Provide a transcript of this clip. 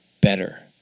better